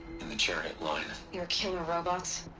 in the chariot line your killer robots?